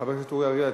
חבר הכנסת אורי אריאל,